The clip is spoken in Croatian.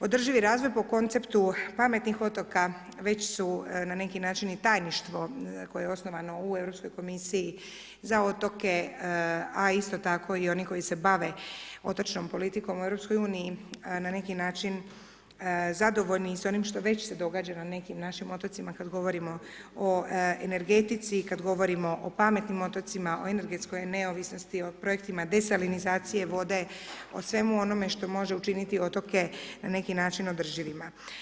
Održivi razvoj po konceptu pametnih otoka, već su na neki način i Tajništvo koje je osnovano u Europskoj komisiji za otoke, a isto tako i oni koji se bave otočnom politikom u Europskoj uniji, na neki način, zadovoljni i s onim što već se događa na nekim našim otocima, kad govorimo o energetici, kad govorimo o pametnim otocima, o energetskoj neovisnosti, o projektima desalinizacije vode, o svemu onome što može učiniti otoke na neki način održivima.